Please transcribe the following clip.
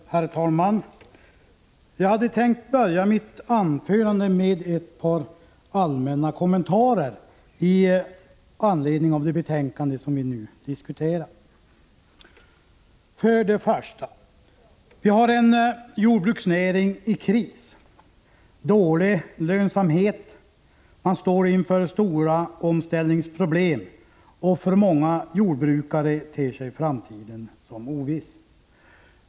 Herr talman! Jag hade tänkt börja mitt anförande med ett par allmänna kommentarer i anledning av det betänkande som vi nu diskuterar. För det första: Vi har en jordbruksnäring i kris — lönsamheten är dålig, man står inför stora omställningsproblem och för många jordbrukare ter sig framtiden som oviss.